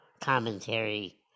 commentary